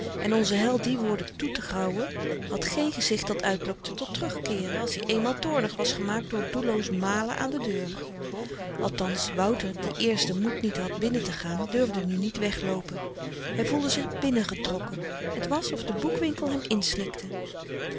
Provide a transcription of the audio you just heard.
en onzen held die woorden toetegrauwen had geen gezicht dat uitlokte tot terugkeeren als i eenmaal toornig was gemaakt door doelloos malen aan de deur althans wouter die eerst den moed niet had binnentegaan durfde nu niet wegloopen hy voelde zich binnengetrokken t was of de boekwinkel hem